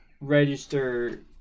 register